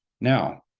now